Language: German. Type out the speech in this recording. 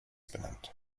benannt